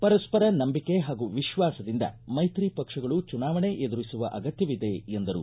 ಪರಸ್ವರ ನಂಬಿಕೆ ಹಾಗೂ ವಿಶ್ವಾಸದಿಂದ ಮೈತ್ರಿ ಪಕ್ಷಗಳು ಚುನಾವಣೆ ಎದುರಿಸುವ ಅಗತ್ಯವಿದೆ ಎಂದರು